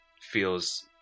feels